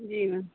जी ma'am